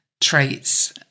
traits